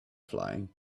flying